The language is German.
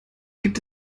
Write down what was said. gibt